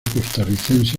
costarricense